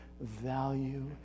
value